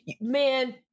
man